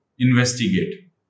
investigate